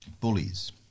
bullies